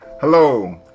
Hello